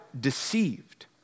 deceived